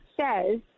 says